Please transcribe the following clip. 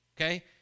okay